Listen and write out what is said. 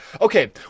okay